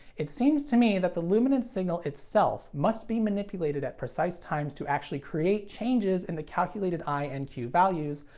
it seems to me that the luminance signal itself must be manipulated at precise times to actually create changes in the calculated i and q values,